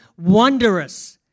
wondrous